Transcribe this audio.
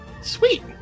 sweet